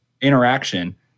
interaction